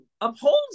upholds